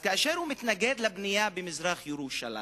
אז כאשר הוא מתנגד לבנייה במזרח-ירושלים,